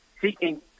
seeking